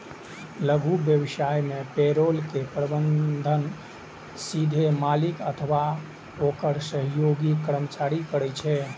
लघु व्यवसाय मे पेरोल के प्रबंधन सीधे मालिक अथवा ओकर सहयोगी कर्मचारी करै छै